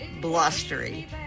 blustery